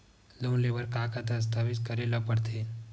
Loan ले बर का का दस्तावेज करेला पड़थे?